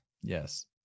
Yes